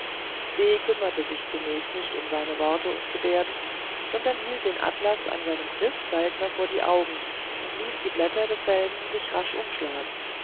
se kümmerte sich zunächst nicht um seine worte und gebärden sondern hielt den atlas an seinem griff saltner vor die augen und ließ die blätter desselben sich rasch umschlagen